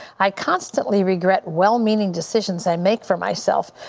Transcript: i constantly regret well meaning decisions i make for myself.